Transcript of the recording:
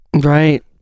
Right